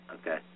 okay